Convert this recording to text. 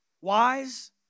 Wise